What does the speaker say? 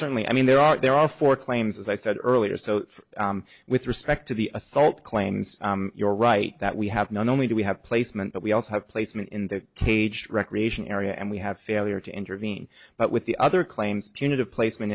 certainly i mean there are there are four claims as i said earlier so with respect to the assault claims you're right that we have not only do we have placement but we also have placement in the cage recreation area and we have failure to intervene but with the other claims punitive placement